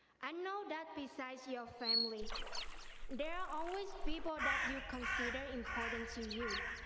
i know that besides your family there are always people that you consider important to you.